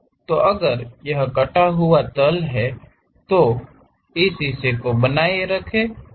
तो अगर यह कटा हुआ तल है तो इस हिस्से को बनाए रखें